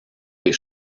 les